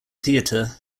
theatre